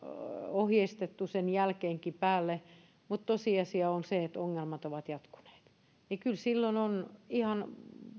ohjeistettu sen jälkeenkin päälle mutta tosiasia on se että ongelmat ovat jatkuneet niin kyllä silloin on ihan